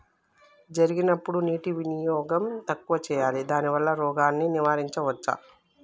జరిగినప్పుడు నీటి వినియోగం తక్కువ చేయాలి దానివల్ల రోగాన్ని నివారించవచ్చా?